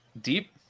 deep